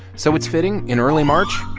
so it's fitting, in early march.